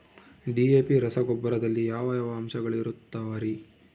DAP ರಸಗೊಬ್ಬರದಲ್ಲಿ ಯಾವ ಯಾವ ಅಂಶಗಳಿರುತ್ತವರಿ?